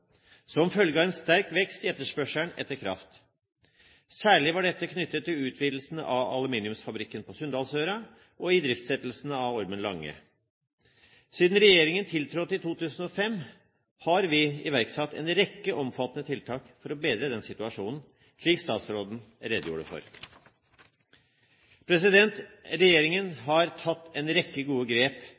som følge av en sterk vekst i etterspørselen etter kraft. Særlig var dette knyttet til utvidelsen av aluminiumsfabrikken på Sunndalsøra og idriftsettelsen av Ormen Lange. Siden regjeringen tiltrådte i 2005, har den iverksatt en rekke omfattende tiltak for å bedre denne situasjonen, noe statsråden redegjorde for. Regjeringen har tatt en rekke gode grep